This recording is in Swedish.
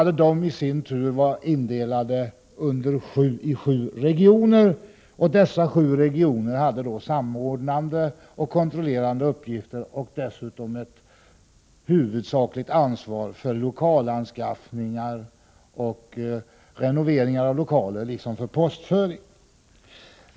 De var i sin tur indelade i sju regioner, och dessa sju regioner hade samordnande och kontrollerande uppgifter. Dessutom hade de ett huvudsakligt ansvar för lokalanskaffning, för renovering av lokaler och för postföring.